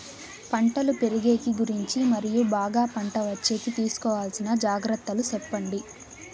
పంటలు పెరిగేకి గురించి మరియు బాగా పంట వచ్చేకి తీసుకోవాల్సిన జాగ్రత్త లు సెప్పండి?